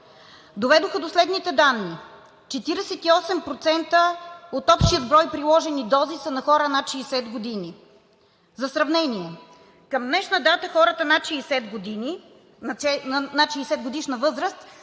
доведоха до следните данни: 48% от общия брой приложени дози са на хора над 60 години. За сравнение – към днешна дата хората над 60-годишна възраст